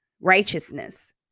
righteousness